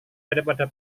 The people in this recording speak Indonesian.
daripada